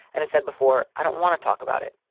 and i said before, i don't want to talk about it.